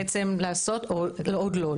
עוד לא.